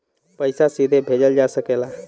पइसा सीधे भेजल जा सकेला